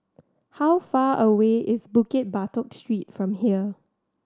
how far away is Bukit Batok Street from here